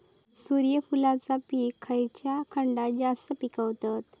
सूर्यफूलाचा पीक खयच्या खंडात जास्त पिकवतत?